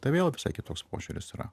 todėl visai kitoks požiūris yra